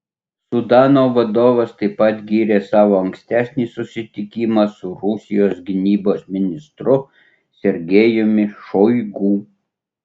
sudano vadovas taip pat gyrė savo ankstesnį susitikimą su rusijos gynybos ministru sergejumi šoigu